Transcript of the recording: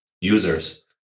users